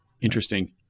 Interesting